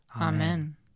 Amen